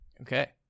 Okay